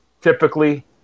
typically